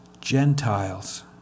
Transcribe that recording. Gentiles